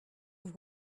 have